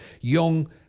young